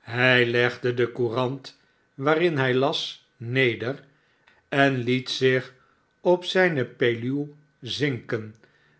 hij legde de courant waarin hij las neder en liet zich op zijne peluw zinken